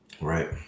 Right